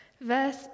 Verse